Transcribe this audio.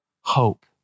hope